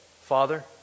Father